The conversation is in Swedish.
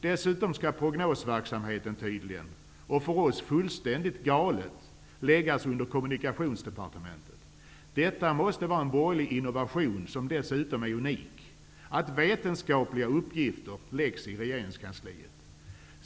Dessutom skall prognosverksamheten tydligen -- för oss ter sig detta fullständigt galet -- läggas under Kommunikationsdepartementet. Det måste vara en borgerlig innovation och dessutom något unikt att vetenskapliga uppgifter förläggs till regeringskansliet.